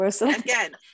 Again